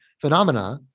phenomena